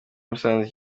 musanze